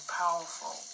powerful